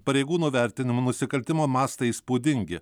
pareigūnų vertinimu nusikaltimo mastai įspūdingi